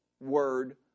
word